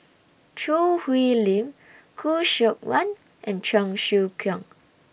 Choo Hwee Lim Khoo Seok Wan and Cheong Siew Keong